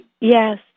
Yes